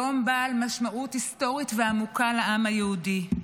יום בעל משמעות היסטורית ועמוקה לעם היהודי.